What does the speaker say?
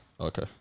Okay